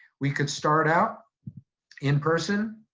we could start out in-person,